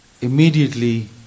Immediately